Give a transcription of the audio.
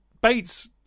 Bates